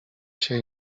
się